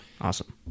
Awesome